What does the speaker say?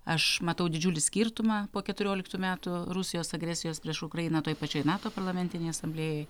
aš matau didžiulį skirtumą po keturioliktų metų rusijos agresijos prieš ukrainą toj pačioj nato parlamentinėj asamblėjoj